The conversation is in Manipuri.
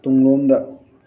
ꯇꯨꯡ ꯂꯣꯝꯗ